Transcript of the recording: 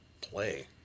play